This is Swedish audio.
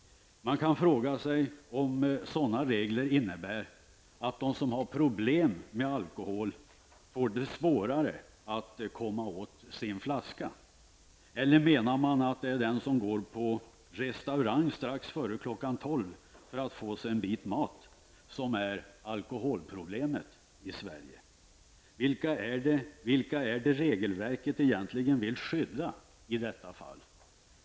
Man kan fråga sig om sådana regler innebär att de som har problem med alkohol får det svårare att komma åt sin flaska, eller menar man att de som går på restaurang strax före kl. 12.00 för att få sig en bit mat utgör alkoholproblemet i Sverige. Vilka är det som regelverket egentligen vill skydda i detta fall?